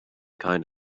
kind